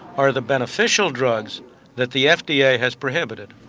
are the beneficial drugs that the fda has prohibited.